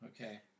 Okay